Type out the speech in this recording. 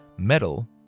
metal